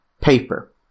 paper